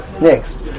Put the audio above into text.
Next